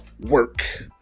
work